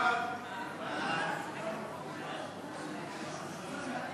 ההצעה להעביר